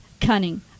Cunning